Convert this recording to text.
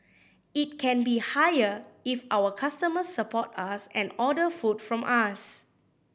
it can be higher if our customers support us and order food from us